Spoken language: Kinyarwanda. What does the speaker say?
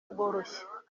bworoshye